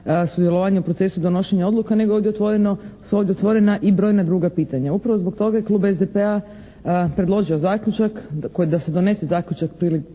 sudjelovanje u procesu donošenja odluka nego su ovdje otvorena i brojna druga pitanja. Upravo zbog toga je klub SDP-a predložio zaključak, da se donese zaključak prilikom